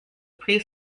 pre